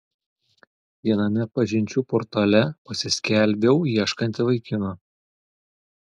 viename pažinčių portale pasiskelbiau ieškanti vaikino